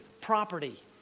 property